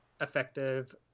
effective